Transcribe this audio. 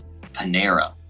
Panera